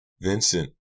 Vincent